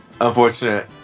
unfortunate